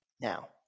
Now